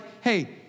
hey